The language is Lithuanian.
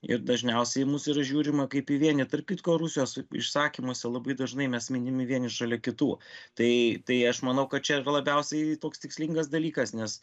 ir dažniausiai į mus yra žiūrima kaip į vienį tarp kitko rusijos išsakymuose labai dažnai mes minimi vieni šalia kitų tai tai aš manau kad čia yra labiausiai toks tikslingas dalykas nes